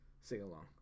sing-along